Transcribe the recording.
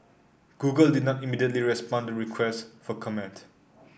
Google did not immediately respond to requests for comment